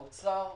האוצר,